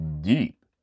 deep